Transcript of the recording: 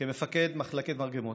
כמפקד מחלקת מרגמות.